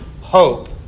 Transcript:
hope